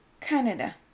Canada